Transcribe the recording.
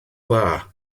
dda